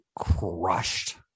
crushed